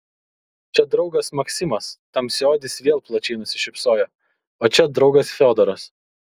čia draugas maksimas tamsiaodis vėl plačiai nusišypsojo o čia draugas fiodoras